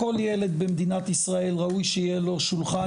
לכל ילד במדינת ישראל ראוי שיהיה לו שולחן